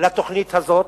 לתוכנית הזאת,